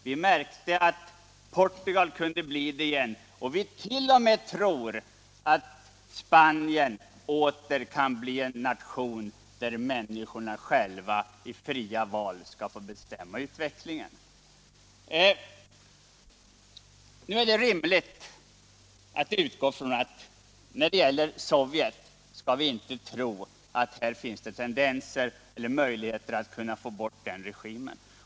Vi tror att t.o.m. Spanien åter kan bli en nation, där människorna själva i fria val skall få bestämma utvecklingen. När det gäller Sovjet är det rimligt att utgå från att det inte finns någon möjlighet att fälla den regimen.